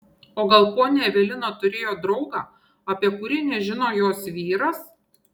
o gal ponia evelina turėjo draugą apie kurį nežino jos vyras